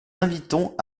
invitons